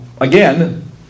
again